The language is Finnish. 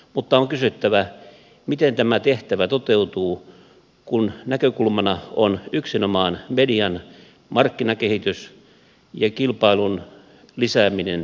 mutta on kysyttävä miten tämä tehtävä toteutuu kun näkökulmana on yksinomaan median markkinakehitys ja kilpailun lisääminen viestintäpalvelumarkkinoilla